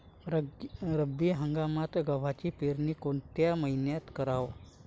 रब्बी हंगामात गव्हाची पेरनी कोनत्या मईन्यात कराव?